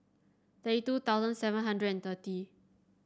thirty two thousand seven hundred and thirty